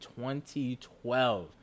2012